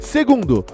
Segundo